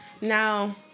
now